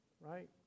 Right